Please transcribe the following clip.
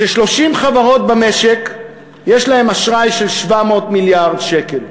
ש-30 חברות במשק יש להן אשראי של 700 מיליארד שקל,